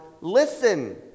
Listen